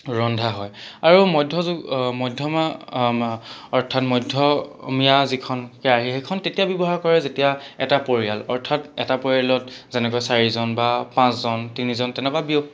ৰন্ধা হয় আৰু মধ্য মধ্যমা অৰ্থাৎ মধ্যমীয়া যিখন কেৰাহী সেইখন তেতিয়া ব্যৱহাৰ কৰে যেতিয়া এটা পৰিয়াল অৰ্থাৎ এটা পৰিয়ালত যেনেকৈ চাৰিজন বা পাঁচজন তিনিজন তেনকুৱা ব্যক্তি